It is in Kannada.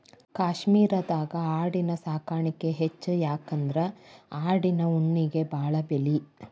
ಕಾಶ್ಮೇರದಾಗ ಆಡಿನ ಸಾಕಾಣಿಕೆ ಹೆಚ್ಚ ಯಾಕಂದ್ರ ಆಡಿನ ಉಣ್ಣಿಗೆ ಬಾಳ ಬೆಲಿ